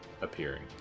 appearing